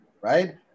right